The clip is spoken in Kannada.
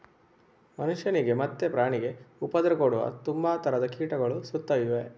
ಮನುಷ್ಯನಿಗೆ ಮತ್ತೆ ಪ್ರಾಣಿಗೆ ಉಪದ್ರ ಕೊಡುವ ತುಂಬಾ ತರದ ಕೀಟಗಳು ಸುತ್ತ ಇವೆ